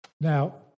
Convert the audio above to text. Now